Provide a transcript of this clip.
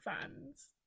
fans